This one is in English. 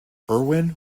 irwin